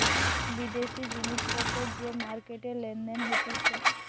বিদেশি জিনিস পত্তর যে মার্কেটে লেনদেন হতিছে